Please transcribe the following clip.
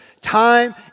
time